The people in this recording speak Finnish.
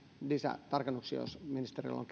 lisätarkennuksia jos ministerillä on